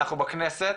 אנחנו בכנסת,